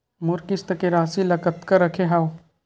मोर किस्त के राशि ल कतका रखे हाव?